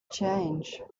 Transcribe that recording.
change